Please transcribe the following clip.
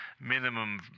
minimum